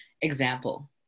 example